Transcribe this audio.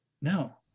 no